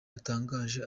yatangaje